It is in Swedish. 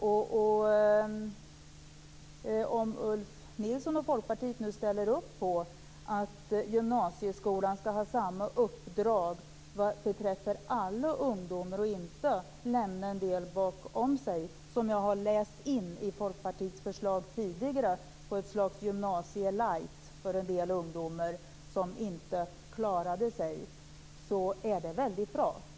Det är bra om Ulf Nilsson och Folkpartiet ställer upp på att gymnasieskolan skall ha samma uppdrag vad beträffar alla ungdomar och inte lämna dem som inte klarar sig bakom sig - som jag tidigare har läst in i Folkpartiets förslag, ett slags gymnasium light.